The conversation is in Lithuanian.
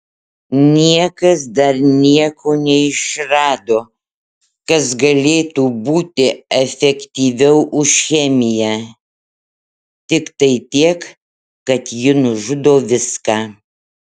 niekas dar nieko neišrado kas galėtų būti efektyviau už chemiją tiktai tiek kad ji nužudo viską